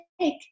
take